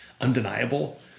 undeniable